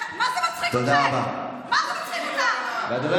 מה זה מצחיק אתכם?